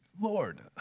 Lord